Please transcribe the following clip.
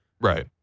right